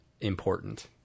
important